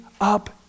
up